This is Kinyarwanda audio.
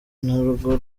narwo